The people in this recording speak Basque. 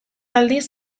aldiz